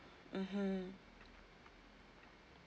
mmhmm